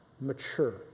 mature